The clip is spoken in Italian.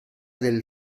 del